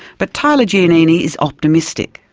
but tyler giannini is optimistic.